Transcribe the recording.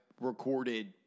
recorded